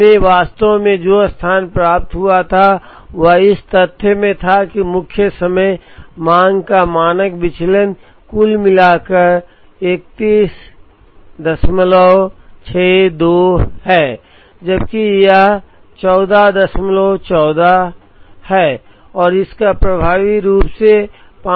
हमें वास्तव में जो स्थान प्राप्त हुआ था वह इस तथ्य में था कि मुख्य समय मांग का मानक विचलन कुल मिलाकर 3162 है जबकि यह 1414 है और इसका प्रभावी रूप से 5 से गुणा हो जाना है